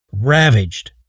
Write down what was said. ravaged